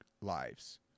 lives